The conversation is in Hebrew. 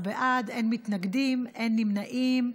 16 בעד, אין מתנגדים, אין נמנעים.